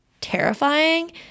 terrifying